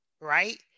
right